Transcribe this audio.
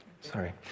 Sorry